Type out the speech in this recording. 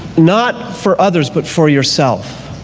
not for others but for yourself.